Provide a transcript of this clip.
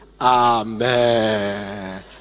amen